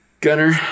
Gunner